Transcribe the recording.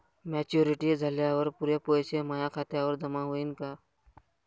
Maturity झाल्यावर पुरे पैसे माया खात्यावर जमा होईन का?